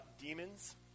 demons